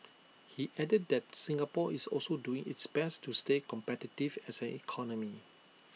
he added that Singapore is also doing its best to stay competitive as an economy